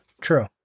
true